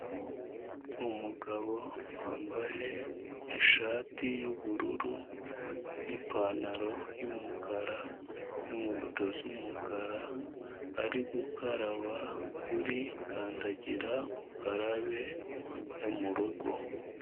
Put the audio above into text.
Umugabo wambaye ishati y'ubururu n'ipantaro y'umukara n'inkweto z'umukara, ari gukaraba kuri kandagira ukarabe yo mu rugo.